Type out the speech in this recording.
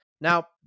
Now